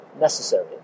necessary